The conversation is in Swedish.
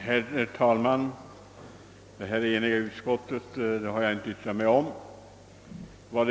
Herr talman! Om det eniga utskottet har jag inte yttrat mig, herr Dockered.